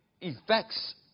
effects